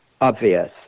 obvious